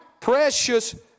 precious